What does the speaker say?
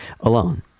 alone